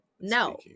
no